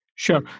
Sure